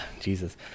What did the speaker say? Jesus